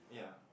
ya